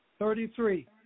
Thirty-three